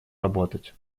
работать